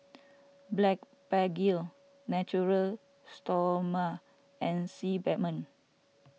Blephagel Natura Stoma and Sebamed